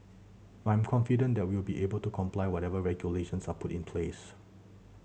I'm confident that we'll be able to comply whatever regulations are put in place